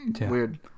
Weird